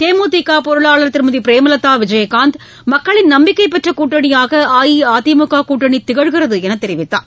தேமுதிக பொருளாளர் திருமதி பிரேமலதா விஜயகாந்த் மக்களின் நம்பிக்கை பெற்ற கூட்டணியாக அஇஅதிமுக கூட்டணி திகழ்கிறது என்று தெரிவித்தார்